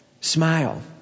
smile